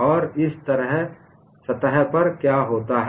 और इस सतह पर क्या होता है